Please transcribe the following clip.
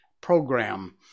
program